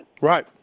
Right